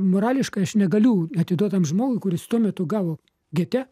morališkai aš negaliu atiduot tam žmogui kuris tuo metu gavo gete